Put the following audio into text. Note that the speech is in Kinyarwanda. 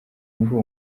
ngo